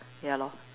ya lor